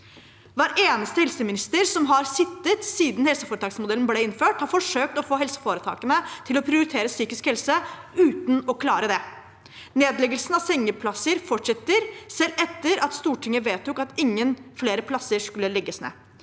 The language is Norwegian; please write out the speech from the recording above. Hver eneste helseminister som har sittet siden helseforetaksmodellen ble innført, har forsøkt å få helseforetakene til å prioritere psykisk helse, uten å klare det. Nedleggelsen av sengeplasser fortsetter, selv etter at Stortinget vedtok at ingen flere plasser skulle legges ned.